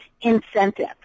incentive